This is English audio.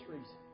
reason